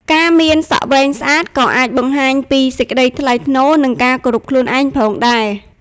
ការមានសក់វែងស្អាតក៏អាចបង្ហាញពី សេចក្តីថ្លៃថ្នូរ និងការគោរពខ្លួនឯង ផងដែរ។